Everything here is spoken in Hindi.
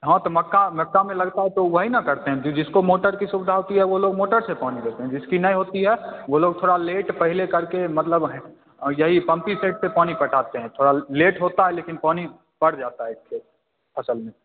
हाँ तो मक्का मक्का में लगता है तो वही न करते हैं जि जिसको मोटर की सुविधा होती है वो लोग मोटर से पानी देते हैं जिसकी नहीं होती है वो लोग थोड़ा लेट पहले करके मतलब हैं यही पंपी सेट से पानी पटाते हैं थोड़ा ल लेट होता है लेकिन पानी पट जाता है इससे फसल में